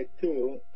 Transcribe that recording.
two